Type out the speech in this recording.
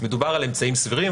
מדובר על אמצעים סבירים.